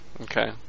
Okay